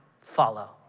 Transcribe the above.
follow